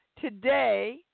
today